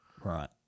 Right